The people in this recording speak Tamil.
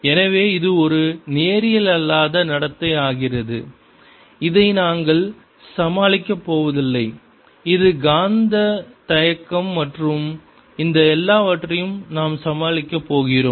எனவே இது ஒரு நேரியல் அல்லாத நடத்தை ஆகிறது இதை நாங்கள் சமாளிக்கப் போவதில்லை இது காந்த தயக்கம் மற்றும் இந்த எல்லாவற்றையும் நாம் சமாளிக்கப் போகிறோம்